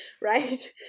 Right